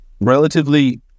relatively